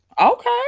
Okay